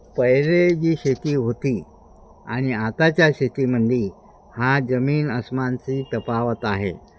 पहिली जी शेती होती आणि आताच्या शेतीमध्ये हा जमीन अस्मानची तफावत आहे